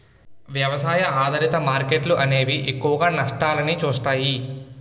వ్యవసాయ ఆధారిత మార్కెట్లు అనేవి ఎక్కువగా నష్టాల్ని చవిచూస్తాయి